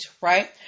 right